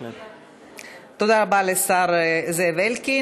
תודה רבה לשר זאב אלקין.